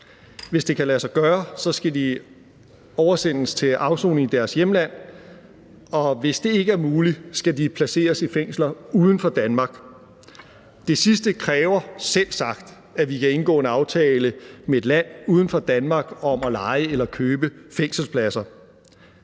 Hvis det kan lade sig gøre, skal de oversendes til afsoning i deres hjemland, og hvis det ikke er muligt, skal de placeres i fængsler uden for Danmark. Det sidste kræver selvsagt, at vi kan indgå en aftale med et land uden for Danmark om at leje eller købe fængselspladser.